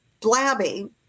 blabbing